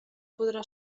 podrà